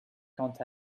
quant